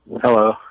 Hello